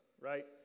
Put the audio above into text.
Right